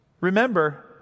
Remember